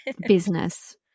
business